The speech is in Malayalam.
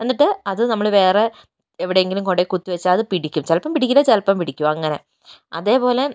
എന്നിട്ട് അത് നമ്മൾ വേറെ എവിടെയെങ്കിലും കൊണ്ടുപോയി കുത്തിവച്ചാൽ അത് പിടിക്കും ചിലപ്പോൾ പിടിക്കില്ല ചിലപ്പം പിടിക്കും അങ്ങനെ അതേപോലെ